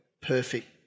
perfect